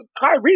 Kyrie